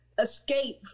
escape